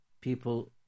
people